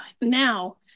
now